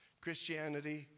Christianity